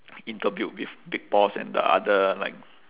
interviewed with big boss and the other like